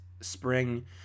spring